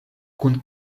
kun